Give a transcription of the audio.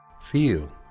Feel